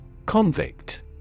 Convict